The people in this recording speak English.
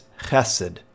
chesed